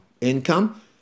income